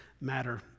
matter